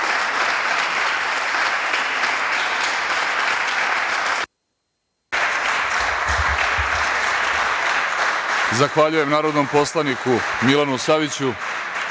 Zahvaljujem narodnom poslaniku Milanu Saviću